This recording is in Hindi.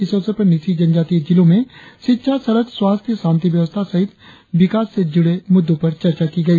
इस अवसर पर न्यीशी जनजातीय जिलों में शिक्षा सड़क स्वास्थ्य शांति व्यवस्था सहित विकास से जुड़े मुद्दों पर चर्चा की गई